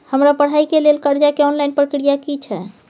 हमरा पढ़ाई के लेल कर्जा के ऑनलाइन प्रक्रिया की छै?